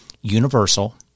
universal